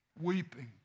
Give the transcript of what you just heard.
weeping